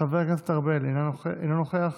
חבר הכנסת ארבל, אינו נוכח,